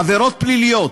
עבירות פליליות,